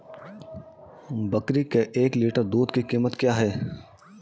बकरी के एक लीटर दूध की कीमत क्या है?